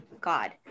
God